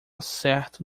certo